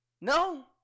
No